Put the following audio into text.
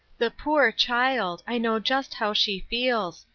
the poor child, i know just how she feels.